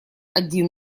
один